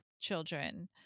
children